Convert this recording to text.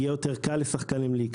יהיה לשחקנים יותר קל להיכנס.